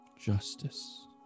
justice